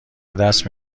دست